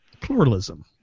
pluralism